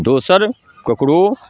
दोसर ककरो